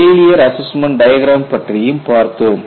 failure assessment diagram பற்றியும் பார்த்தோம்